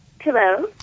hello